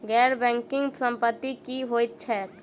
गैर बैंकिंग संपति की होइत छैक?